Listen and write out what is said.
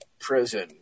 prison